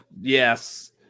yes